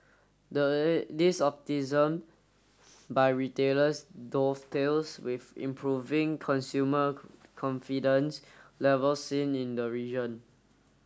this by retailers dovetails with improving consumer confidence levels seen in the region